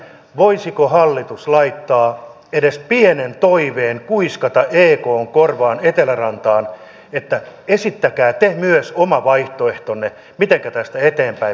voisiko hallitus laittaa edes pienen toiveen kuiskata ekn korvaan etelärantaan että esittäkää te myös oma vaihtoehtonne mitenkä tästä eteenpäin mennään